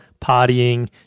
partying